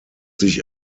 sich